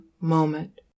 moment